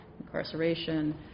incarceration